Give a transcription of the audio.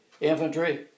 infantry